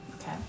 Okay